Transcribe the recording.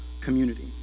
community